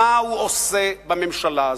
מה הוא עושה בממשלה הזאת,